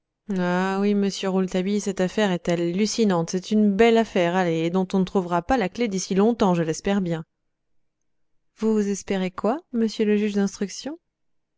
oui monsieur rouletabille cette affaire est hallucinante c'est une belle affaire allez et dont on ne trouvera pas la clef d'ici longtemps je l'espère bien vous espérez quoi monsieur le juge d'instruction